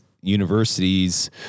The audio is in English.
universities